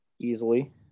Easily